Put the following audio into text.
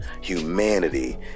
Humanity